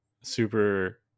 super